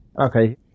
Okay